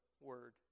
word